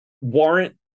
warrant